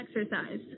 exercise